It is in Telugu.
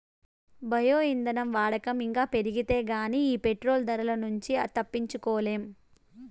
బయో ఇంధనం వాడకం ఇంకా పెరిగితే గానీ ఈ పెట్రోలు ధరల నుంచి తప్పించుకోలేం